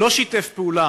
לא שיתפה פעולה